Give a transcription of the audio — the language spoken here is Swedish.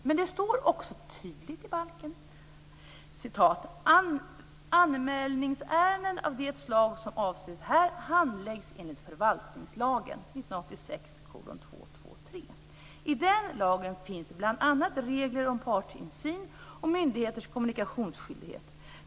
Men det står också tydligt i balken: Anmälningsärenden av det slag som avses här handläggs enligt förvaltningslagen . I den lagen finns bl.a. regler om partsinsyn och myndigheters kommunikationsskyldighet.